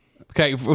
okay